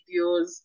videos